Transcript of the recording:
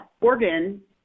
organ